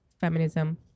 feminism